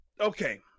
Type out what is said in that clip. okay